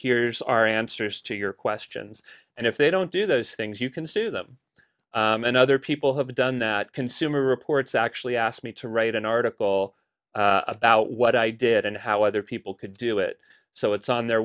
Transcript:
's our answers to your questions and if they don't do those things you can sue them and other people have done that consumer reports actually asked me to write an article about what i did and how other people could do it so it's on their